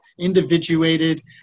individuated